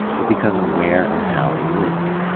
but because of where and how they lived.